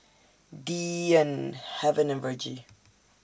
Deeann Haven and Virgie